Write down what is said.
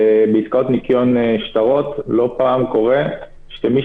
בעסקאות ניכיון שטרות לא פעם קורה שמי